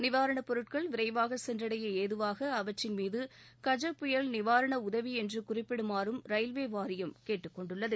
நிவாரணப் பொருட்கள் விரைவாக சென்றடைய ஏதுவாக அவற்றின்மீது கஜ புயல் நிவாரண உதவி என்று குறிப்பிடுமாறும் ரயில்வே வாரியம் கேட்டுக் கொண்டுள்ளது